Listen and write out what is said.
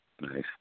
Nice